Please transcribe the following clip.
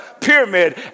pyramid